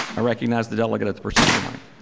i recognize the delegate at the procedure mike.